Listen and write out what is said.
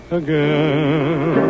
again